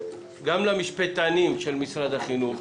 גם למשפטנים של משרד החינוך,